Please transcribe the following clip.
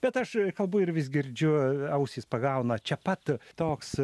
bet aš kalbu ir vis girdžiu ausys pagauna čia pat toks